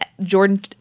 jordan